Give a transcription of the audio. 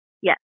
Yes